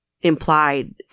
implied